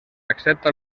accepta